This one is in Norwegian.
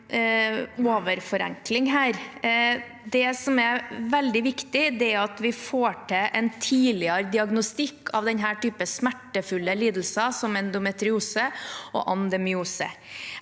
Det som er veldig viktig, er at vi får til en tidligere diagnostikk av denne typen smertefulle lidelser, som endometriose og adenomyose.